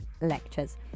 lectures